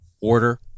Order